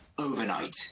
overnight